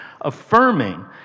affirming